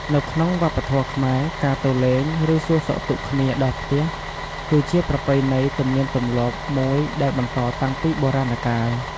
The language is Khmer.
នៅក្បុងវប្បធម៌ខ្មែរ ការទៅលេង ឬ សួរសុខទុក្ខគ្នាដល់ផ្ទះគឺជាប្រពៃណីទំនៀមទម្លាប់មួយដែលបន្តតាំងពីបុរាណកាល។